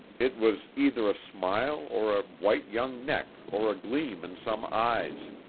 it was either a smile or a white young neck or a gleam in some eyes.